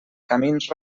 camins